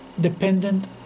dependent